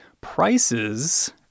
prices